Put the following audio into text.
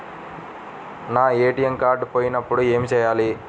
నా ATM card పోయినప్పుడు ఏమి చేయాలి?